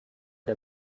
der